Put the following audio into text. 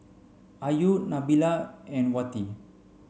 Ayu Nabila and Wati